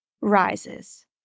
rises